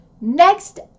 next